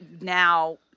now